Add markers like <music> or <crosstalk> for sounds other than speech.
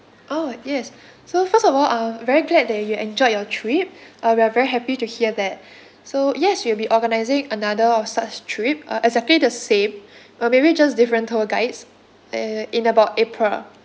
oh yes so first of all ah very glad that you enjoyed your trip uh we are very happy to hear that <breath> so yes we'll be organising another of such trip uh exactly the same or maybe just different tour guides eh in about april